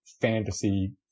fantasy